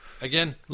Again